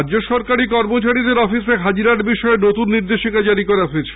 রাজ্য সরকারী কর্মচারীদের অফিসে হাজিরার বিষয়ে নতুন নির্দেশিকা জারি করা হয়েছে